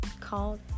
called